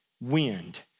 wind